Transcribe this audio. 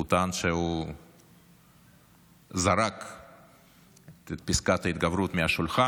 הוא טען שהוא זרק את פסקת ההתגברות מהשולחן,